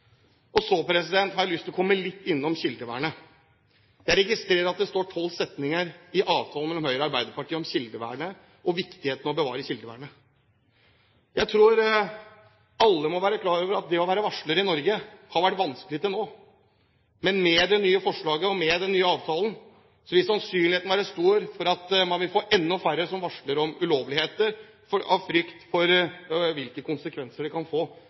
følelse. Så har jeg lyst til å komme litt inn på kildevernet. Jeg registrerer at det står tolv setninger i avtalen mellom Høyre og Arbeiderpartiet om kildevernet og viktigheten av å bevare kildevernet. Jeg tror alle må være klar over at det å være varsler i Norge har vært vanskelig til nå, men med den nye avtalen vil sannsynligheten være stor for at man vil få enda færre som varsler om ulovligheter, av frykt for hvilke konsekvenser det kan få,